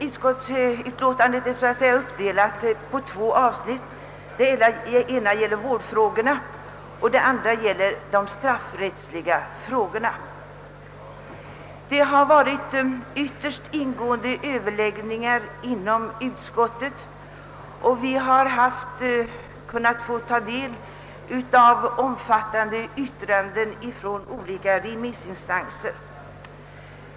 Utlåtandet är så att säga uppdelat på två avsnitt: det ena gäller vårdfrågorna och det andra de straffrättsliga frågorna. Utskottet har haft ytterst ingående överläggningar, och vi har inom utskottet fått ta del av omfattande yttranden från olika remissinstanser.